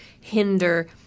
hinder